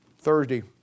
Thursday